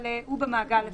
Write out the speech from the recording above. אבל הוא במעגל השני.